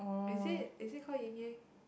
is it is it called yin yang